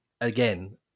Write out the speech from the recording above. Again